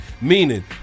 meaning